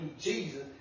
Jesus